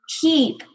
keep